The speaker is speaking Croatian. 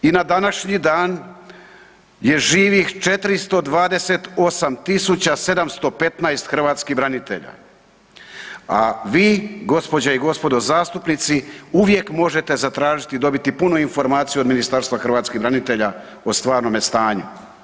I na današnji dan gdje živi 428715 hrvatskih branitelja, a vi gospođe i gospodo zastupnici uvijek možete zatražiti i dobiti punu informaciju od Ministarstva hrvatskih branitelja o stvarnome stanju.